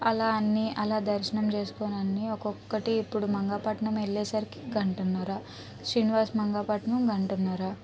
అలా అన్నీ అలా దర్శనం చేస్కుని అన్నీ ఒకొక్కటి ఇప్పుడు మంగాపట్నం వెళ్ళేసరికి గంటన్నర శ్రీనివాస మంగాపట్నం గంటన్నర